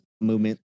movement